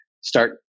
start